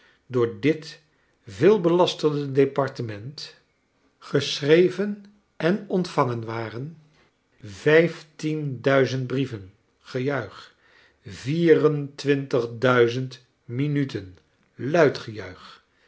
door dit veel belasterde departement geschreven en ontvangen waren vijftien duizend brieven gejuich vierentwintig duizend minuten